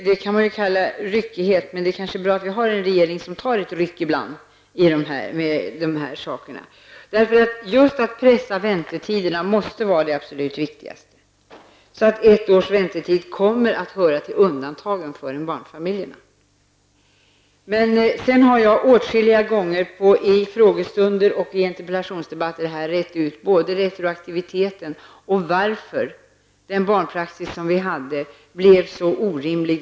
Detta kan man ju kalla ryckighet. Men det är kanske bra att vi har en regering som tar ett ryck ibland när det gäller de här frågorna. Det absolut viktigaste måste ju vara att pressa ned väntetiderna, så att ett års väntetid kommer att höra till undantagen för en barnfamilj. Jag har åtskilliga gånger i frågestunder och i interpellationsdebatter rett ut både retroaktiviteten och varför den barnpraxis som vi hade blev så orimlig.